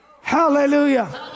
Hallelujah